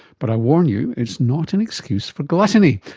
but i warn you, it's not an excuse for gluttony.